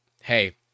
hey